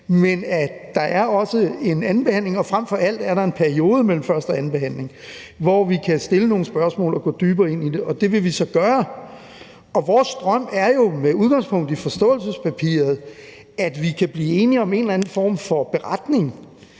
Der er også en anden behandling, og der er frem for alt en periode mellem første- og andenbehandlingen, hvor vi kan stille nogle spørgsmål og komme dybere ned i det. Det vil vi så gøre. Vores drøm er jo med udgangspunkt i forståelsespapiret, at vi kan blive enige om en eller anden form for beretning